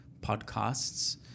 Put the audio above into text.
podcasts